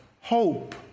hope